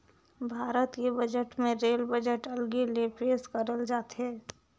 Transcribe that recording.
भारत के बजट मे rail budget अलगे ले पेस करल जाथे